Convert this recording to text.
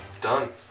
Done